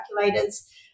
calculators